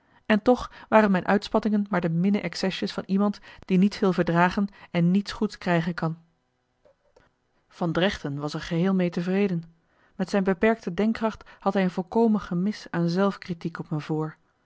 en toch waren mijn uitspattingen maar de minne excesjes van iemand die niet veel verdragen en niets goeds krijgen kan van dregten was er geheel mee tevreden met zijn beperkte denkkracht had hij een volkomen gemis aan zelfkritiek op me voor